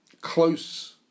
close